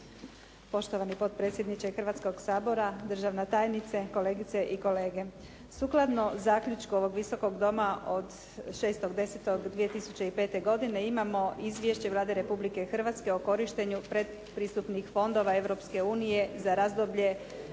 Poštovani potpredsjedniče Hrvatskoga sabora, državna tajnice, kolegice i kolege. Sukladno zaključku ovog Visokog doma od 6.10.2005. godine imamo Izvješće Vlade Republike Hrvatske o korištenje predpristupnih fondova Europske